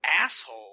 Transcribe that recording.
asshole